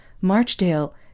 Marchdale